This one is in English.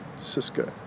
Cisco